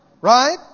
Right